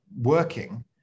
working